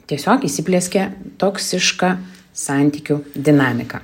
tiesiog įsiplieskia toksiška santykių dinamika